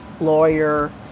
lawyer